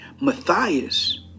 Matthias